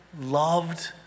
loved